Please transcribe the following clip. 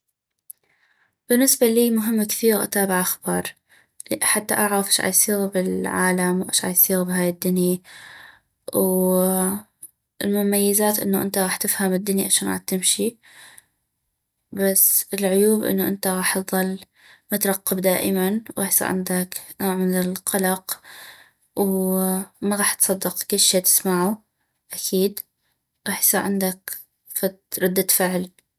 بالنسبة لي مهم كثيغ اتابع اخبار حتى اعغف اش عيصيغ بالعالم واش عيصيغ بهاي الدني والمميزات انو انت غاح تفهم الدني اشون عتمشي بس العيوب انو انت غاح تظل مترقب دائما وغاح يصيغ عندك نوع من القلق وما غاح تصدق كشي تسمعو اكيد غاح يصيغ عندك فد ردت فعل